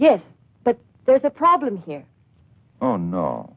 yes but there's a problem here oh no